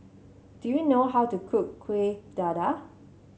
do you know how to cook Kuih Dadar